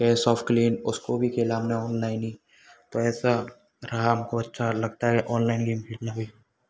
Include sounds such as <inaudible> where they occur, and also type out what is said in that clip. <unintelligible> soft लेन उसको भी खेल हमने ऑनलाइन ही पैसा रहा हमको अच्छा लगता है ऑनलाइन गेम खेलना भी